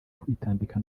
kwitambika